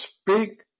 speak